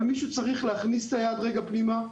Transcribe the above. אבל מישהו צריך להכניס את היד רגע פנימה,